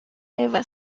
ever